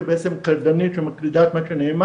שזה בעצם קלדנית שמקלידה את מה שנאמר.